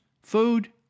Food